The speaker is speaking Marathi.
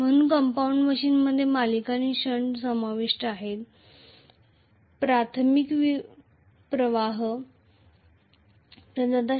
म्हणून कंपाऊंड मशीनमध्ये सिरीजआणि शंट समाविष्ट आहेत प्राथमिक प्रवाह प्रदाता शंट आहे